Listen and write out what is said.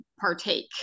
partake